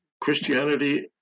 Christianity